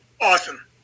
awesome